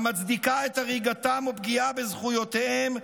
המצדיקה את הריגתם או פגיעה בזכויותיהם,